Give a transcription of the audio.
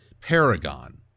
paragon